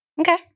Okay